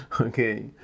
Okay